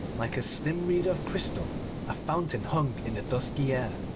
like a slim reed of crystal a fountain hung in the dusky air.